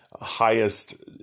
highest